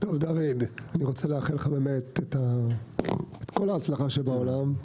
אני רוצה לאחל לך את כל ההצלחה שבעולם.